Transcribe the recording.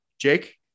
Jake